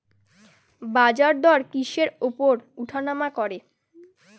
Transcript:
বাজারদর কিসের উপর উঠানামা করে?